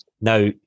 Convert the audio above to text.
Now